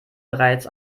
bereits